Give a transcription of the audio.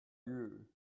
you